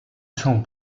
son